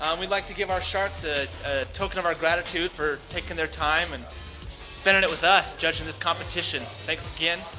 um we'd like to give our sharks a token of our gratitude for taking their time, and spending it with us, judging this competition. thanks again.